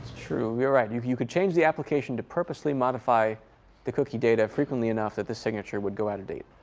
true. you're right, you can change the application to purposely modify the cookie data frequently enough that the signature would go out of date.